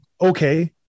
okay